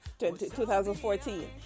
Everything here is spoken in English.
2014